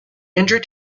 injured